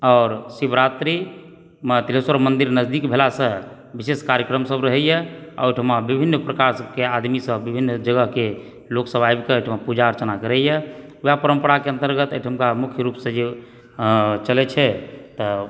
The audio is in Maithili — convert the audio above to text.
आओर शिवरात्रिमे तिलहेश्वर मन्दिर नजदीक भेलासँ विशेष कार्यक्रम सब रहैए आ ओइठिमा विभिन्न प्रकारके आदमीसभ विभिन्न जगहके लोकसभ आबिके ओइठिमा पूजा अर्चना करैए वएह परम्पराके अन्तर्गत एहिठामके मुख्य रूपसँ जे चलै छै तऽ